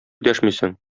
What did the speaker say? дәшмисең